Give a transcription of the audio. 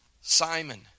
Simon